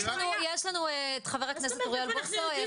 יש לנו את חבר הכנסת אוריאל בוסו.